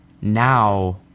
now